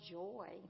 joy